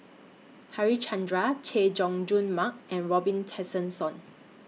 Harichandra Chay Jung Jun Mark and Robin Tessensohn